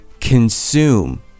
consume